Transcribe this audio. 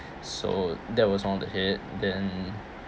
so that was one of the hit then